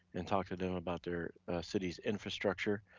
and talked to them about their city's infrastructure,